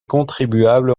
contribuables